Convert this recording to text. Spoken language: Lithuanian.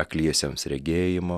akliesiems regėjimo